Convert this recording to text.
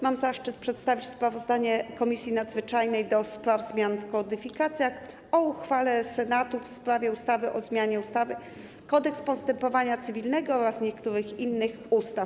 Mam zaszczyt przedstawić sprawozdanie Komisji Nadzwyczajnej do spraw zmian w kodyfikacjach o uchwale Senatu w sprawie ustawy o zmianie ustawy - Kodeks postępowania cywilnego oraz niektórych innych ustaw.